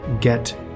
get